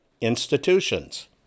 institutions